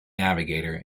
navigator